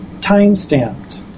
time-stamped